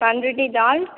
Panruti taluk